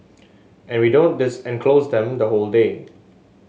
and we don't this enclose them the whole day